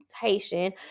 Haitian